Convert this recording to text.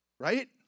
Right